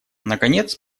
наконец